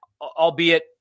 albeit